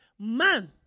Man